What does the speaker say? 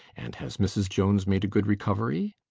and has mrs jones made a good recovery?